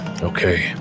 okay